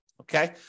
Okay